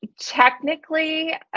Technically